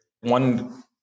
one